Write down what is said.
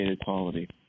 quality